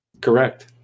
Correct